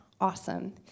awesome